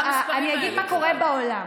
אגב, אני אגיד מה קורה בעולם.